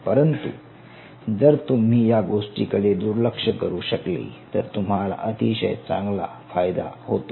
परंतु जर तुम्ही या गोष्टींकडे दुर्लक्ष करू शकले तर तुम्हाला अतिशय चांगला फायदा होतो